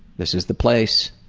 this is the place.